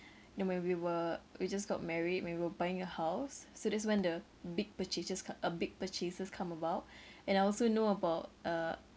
ya when we were we just got married when we were buying a house so that's when the big purchases co~ uh big purchases come about and I also know about uh